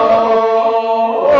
o